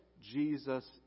Jesus